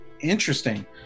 interesting